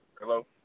Hello